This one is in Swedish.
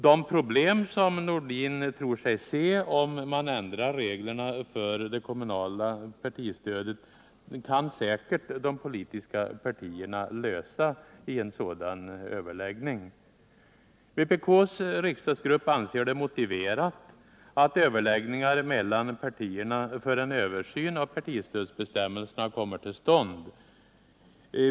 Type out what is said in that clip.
De problem som Sven-Erik Nordin tror sig se om man ändrar reglerna för det kommunala partistödet kan säkert de politiska partierna lösa i en sådan överläggning. Vpk:s riksdagsgrupp anser det motiverat att överläggningar mellan partierna för en översyn av partistödsbestämmelserna kommer till stånd.